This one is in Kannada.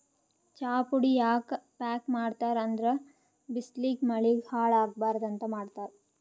ಚಾಪುಡಿ ಯಾಕ್ ಪ್ಯಾಕ್ ಮಾಡ್ತರ್ ಅಂದ್ರ ಬಿಸ್ಲಿಗ್ ಮಳಿಗ್ ಹಾಳ್ ಆಗಬಾರ್ದ್ ಅಂತ್ ಮಾಡ್ತಾರ್